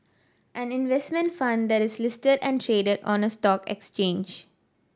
an investment fund that is listed and traded on a stock exchange